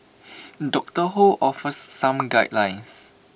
doctor ho offers some guidelines